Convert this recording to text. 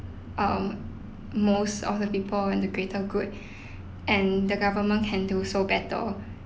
um most of the people and the greater good and the government can do so better